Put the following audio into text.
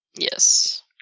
yes